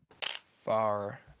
Far